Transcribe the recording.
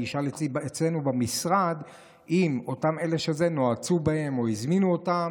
אני אשאל אצלנו במשרד אם נועצו בהם או הזמינו אותם,